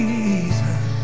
Jesus